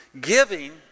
Giving